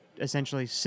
essentially